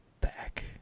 back